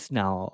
now